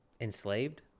enslaved